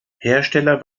hersteller